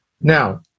Now